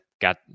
got